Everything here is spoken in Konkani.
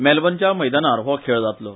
मेलबर्नच्या मैदानार हो खेळ जातलो